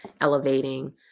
elevating